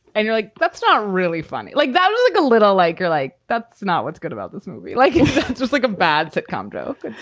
and you're like, that's not really funny like that. and like a little like you're like. that's not what's good about this movie. like it's just like a bad sitcom joke.